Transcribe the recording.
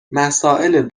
مسائل